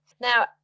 Now